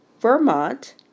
Vermont